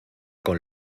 con